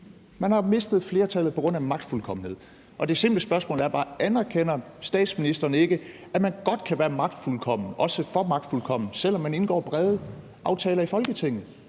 Man har mistet et flertal på grund af magtfuldkommenhed. Og det simple spørgsmål er bare: Anerkender statsministeren ikke, at man godt kan være magtfuldkommen, også for magtfuldkommen, selv om man indgår brede aftaler i Folketinget?